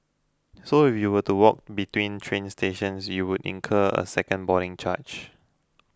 so if you were to walk between train stations you would incur a second boarding charge